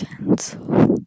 Cancel